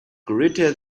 greater